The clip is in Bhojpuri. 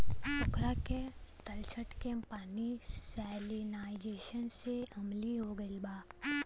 पोखरा के तलछट के पानी सैलिनाइज़ेशन से अम्लीय हो गईल बा